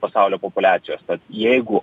pasaulio populiacijos tad jeigu